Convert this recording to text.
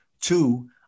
two